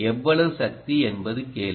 எவ்வளவு சக்தி என்பது கேள்வி